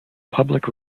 public